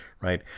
right